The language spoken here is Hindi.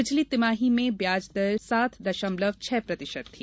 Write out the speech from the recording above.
पिछली तिमाही में ब्याज दर सात दशमलव छह प्रतिशत थी